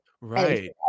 right